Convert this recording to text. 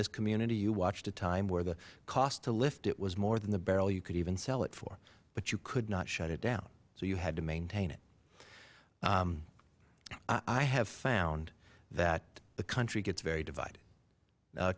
this community you watched a time where the cost to lift it was more than the barrel you could even sell it for but you could not shut it down so you had to maintain it i have found that the country gets very divided no